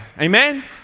amen